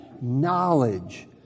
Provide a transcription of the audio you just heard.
knowledge